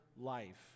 life